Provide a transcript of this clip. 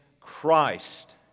Christ